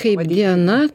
kaip diena